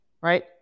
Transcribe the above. right